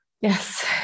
Yes